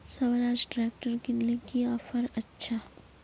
Swaraj tractor किनले की offer अच्छा?